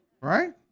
right